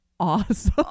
awesome